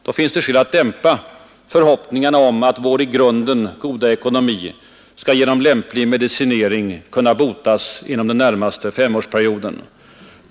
Då finns det skäl att dämpa förhoppningarna om att vår i grunden goda ekonomi skall genom lämplig medicinering kunna botas inom den närmaste femårsperioden.